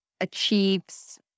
achieves